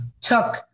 took